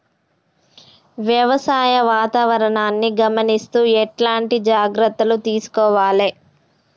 వ్యవసాయ వాతావరణాన్ని గమనిస్తూ ఎట్లాంటి జాగ్రత్తలు తీసుకోవాలే?